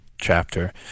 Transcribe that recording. chapter